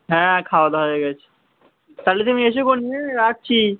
হ্যাঁ খাওয়া দাওয়া হয়ে গেছে তালে তুমি এসে রাখছি